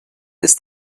ist